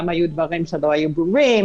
גם היו דברים שלא היו ברורים,